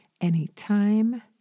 anytime